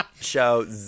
Show